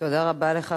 תודה רבה לך,